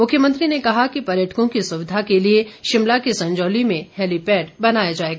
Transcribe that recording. मुख्यमंत्री ने कहा कि पर्यटकों की सुविधा के लिए शिमला के संजौली में हैलीपैड बनाया जाएगा